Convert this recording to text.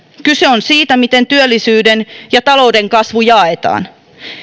kyse on siitä miten työllisyyden ja talouden kasvu jaetaan